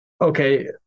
okay